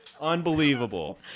Unbelievable